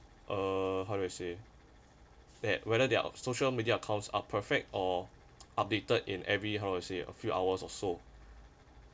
uh how do I say that whether their social media accounts are perfect or updated in every how do I say a few hours or so